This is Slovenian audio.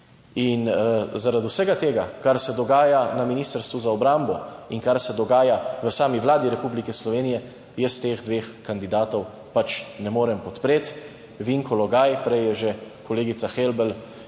In zaradi vsega tega, kar se dogaja na Ministrstvu za obrambo in kar se dogaja v sami Vladi Republike Slovenije, jaz teh dveh kandidatov pač ne morem podpreti. Vinko Logaj. Prej je že kolegica Helbl,